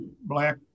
Black